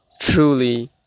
truly